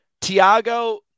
Tiago